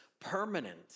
permanent